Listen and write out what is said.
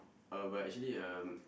uh but actually um